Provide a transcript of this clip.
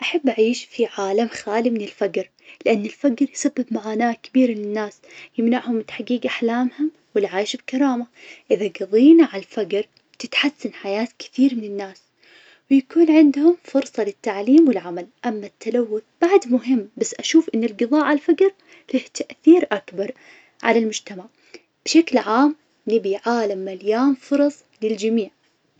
أحب أعيش في عالم خالي من الفقر, لان الفقر يسبب معاناة كبيرة للناس, يمنعهم من تحقيق أحلامهم والعيش بكرامة, إذا قضينا على الفقر تتحسن حياة كثير من الناس, ويكون عندهم فرصة للتعليم والعمل, أما التلوث بعد مهم, بس أشوف إن القضاء عالفقرله تأثير أكبر على المجتمع, بشكل عام, نبي عالم مليان فرص للجميع.